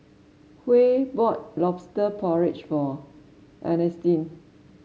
Huey bought lobster porridge for Earnestine